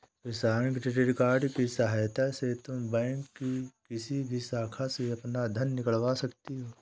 किसान credit card की सहायता से तुम बैंक की किसी भी शाखा से अपना धन निकलवा सकती हो